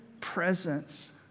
presence